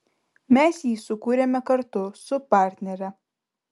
mes jį sukūrėme kartu su partnere